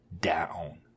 down